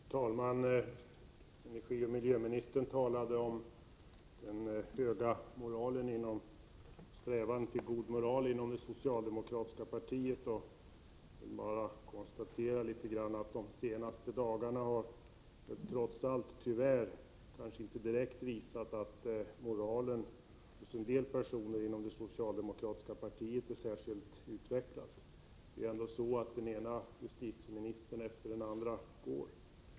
Fru talman! Miljöoch energiministern talade om strävan till god moral inom det socialdemokratiska partiet. Jag bara konstaterar att de senaste dagarna trots allt visat att moralen hos en del personer inom det socialdemokratiska partiet inte är särskilt utvecklad. Den ena justitieministern efter den andra avgår.